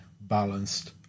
balanced